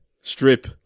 strip